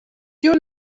you